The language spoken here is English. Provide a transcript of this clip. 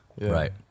right